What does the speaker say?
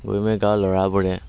গৰৈমাৰী গাঁৱৰ ল'ৰাবোৰে